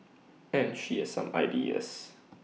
and she has some ideas